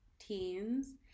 teens